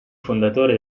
fondatore